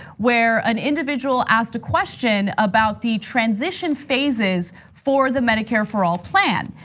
where an individual asked a question about the transition phases for the medicare for all plan.